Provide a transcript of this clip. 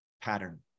pattern